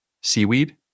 seaweed